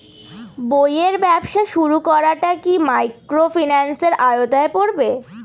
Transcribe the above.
বইয়ের ব্যবসা শুরু করাটা কি মাইক্রোফিন্যান্সের আওতায় পড়বে?